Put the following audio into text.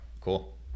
Cool